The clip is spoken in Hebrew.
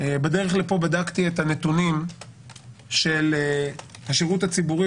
בדרך לפה בדקתי את הנתונים של השירות הציבורי,